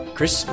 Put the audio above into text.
Chris